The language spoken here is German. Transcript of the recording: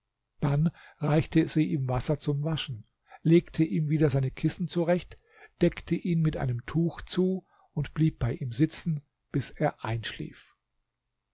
dann reichte sie ihm wasser zum waschen legte ihm wieder seine kissen zurecht deckte ihn mit einem tuch zu und blieb bei ihm sitzen bis er einschlief